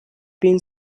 been